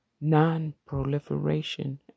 non-proliferation